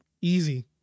Easy